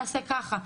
נעשה ככה'.